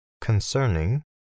concerning